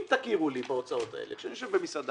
אם תכירו לי בהוצאות האלה כשאני יושב במסעדה,